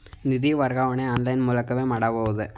ನಿಧಿ ವರ್ಗಾವಣೆಯನ್ನು ಆನ್ಲೈನ್ ಮೂಲಕವೇ ಮಾಡಬಹುದೇ?